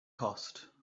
cost